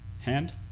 hand